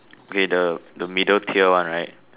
okay the the middle tier one right